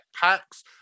packs